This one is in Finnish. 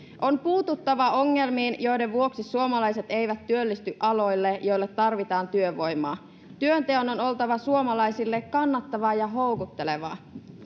on puututtava ongelmiin joiden vuoksi suomalaiset eivät työllisty aloille joille tarvitaan työvoimaa työnteon on oltava suomalaisille kannattavaa ja houkuttelevaa